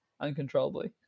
uncontrollably